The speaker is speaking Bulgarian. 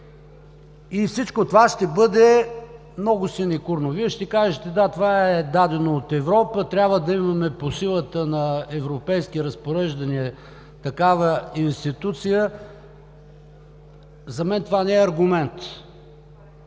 и всичко това ще бъде много синекурно. Вие ще кажете: Да, това е дадено от Европа, трябва да имаме по силата на европейски разпореждания такава институция. За мен това не е аргумент.